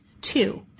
Two